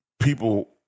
People